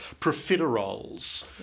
profiteroles